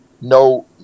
no